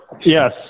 Yes